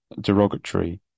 derogatory